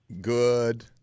Good